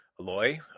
Aloy